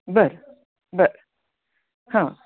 बरं बरं हां